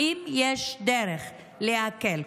האם יש דרך להקל?